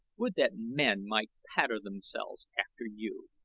would that men might pattern themselves after you!